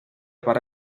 para